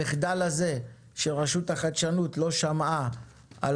המחדל הזה שרשות החדשנות לא שמעה על